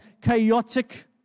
chaotic